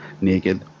Naked